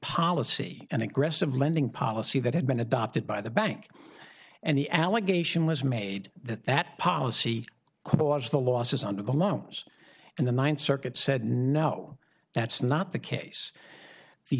policy an aggressive lending policy that had been adopted by the bank and the allegation was made that that policy could cause the losses under the loans and the ninth circuit said no that's not the case the